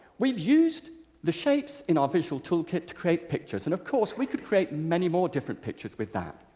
we've used the shapes in our visual tool kit to create pictures and of course we could create many more different pictures with that.